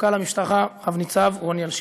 מפכ"ל המשטרה רב-ניצב רוני אלשיך,